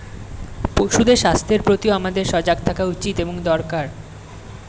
পশুদের স্বাস্থ্যের প্রতিও আমাদের সজাগ থাকা উচিত এবং দরকার